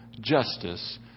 justice